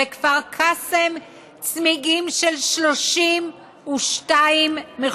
בכפר קאסם צמיגים של 32 מכוניות